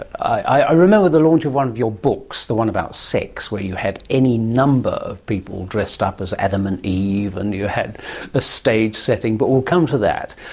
i remember the launch of one of your books, the one about sex, where you had any number of people dressed up as adam and eve and you had a stage setting. but we'll come to that.